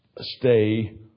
Stay